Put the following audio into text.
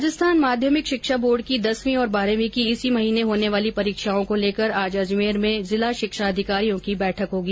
राजस्थान माध्यमिक शिक्षा बोर्ड की दसवीं और बारहवीं की इसी महीने होने वाली परीक्षाओं को लेकर आज अजमेर में जिला शिक्षा अधिकारियों की बैठक होगी